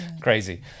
crazy